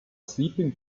sleeping